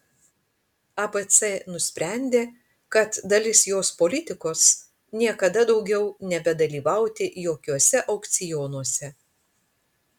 abc nusprendė kad dalis jos politikos niekada daugiau nebedalyvauti jokiuose aukcionuose